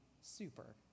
super